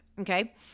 Okay